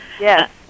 yes